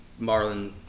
Marlon